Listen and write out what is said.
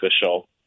official